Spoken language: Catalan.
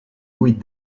huit